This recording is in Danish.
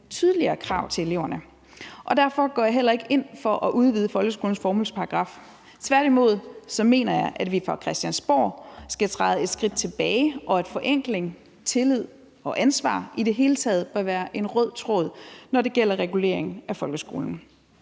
tydeligere krav til eleverne. Derfor går jeg heller ikke ind for at udvide folkeskolens formålsparagraf. Tværtimod mener jeg, at vi på Christiansborg skal træde et skridt tilbage, og at forenkling, tillid og ansvar i det hele taget bør være en rød tråd, når det gælder reguleringen af folkeskolen.